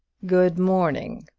good morning!